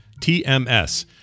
TMS